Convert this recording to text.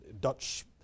Dutch